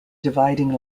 dividing